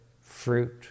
fruit